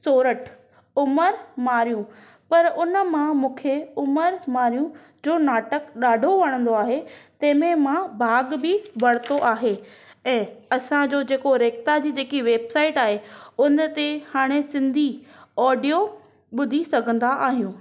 सोरठ उमिरि मारवी पर उन मां मूंखे उमिरि मारवी जो नाटक ॾाढो वणंदो आहे तंहिंमें मां भाॻ बि वरितो आहे ऐं असांजो ऐं जेको रेख़ता जी जेकी वेबसाइट आहे उन ते हाणे सिंधी ओडियो ॿुधी सघंदा आहियूं